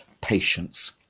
patience